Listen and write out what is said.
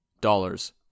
dollars